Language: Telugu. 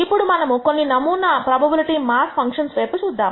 ఇప్పుడు మనము కొన్ని నమూనా ప్రోబబిలిటీ మాస్ ఫంక్షన్స్ వైపు చూద్దాం